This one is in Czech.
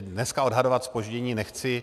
Dneska odhadovat zpoždění nechci.